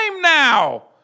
now